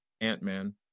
Ant-Man